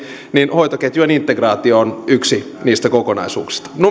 hoitoketjujen integraatio on yksi niistä kokonaisuuksista